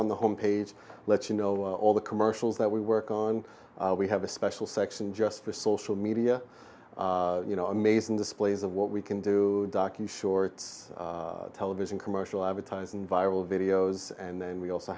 on the home page let's you know all the commercials that we work on we have a special section just for social media you know amazing displays of what we can do docking shorts television commercial advertising viral videos and then we also